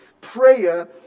prayer